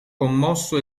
commosso